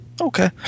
Okay